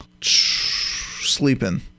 sleeping